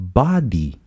body